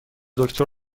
دکتر